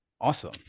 awesome